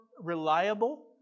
reliable